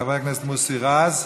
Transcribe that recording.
חבר הכנסת מוסי רז,